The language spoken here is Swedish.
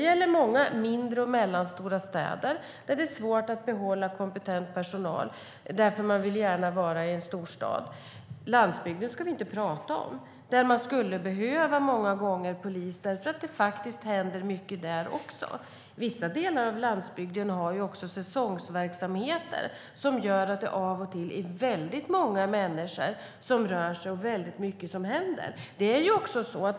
I många mindre och mellanstora städer är det svårt att behålla kompetent personal, eftersom de gärna vill vara i en storstad. Landsbygden ska vi inte prata om. Där behövs många gånger polis eftersom det faktiskt händer mycket där också. Vissa delar av landsbygden har säsongsverksamheter som gör att det av och till finns många människor som rör sig där och att mycket händer.